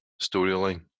storyline